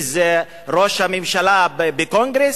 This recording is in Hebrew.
שהכריז ראש הממשלה בקונגרס?